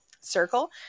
circle